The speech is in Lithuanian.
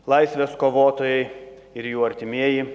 laisvės kovotojai ir jų artimieji